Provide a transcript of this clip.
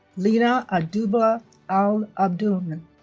lina abdullah um al-abdulmunem